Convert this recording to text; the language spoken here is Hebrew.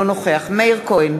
אינו נוכח מאיר כהן,